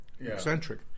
Eccentric